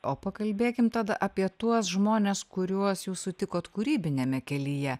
o pakalbėkim tada apie tuos žmones kuriuos jūs sutikot kūrybiniame kelyje